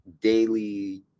daily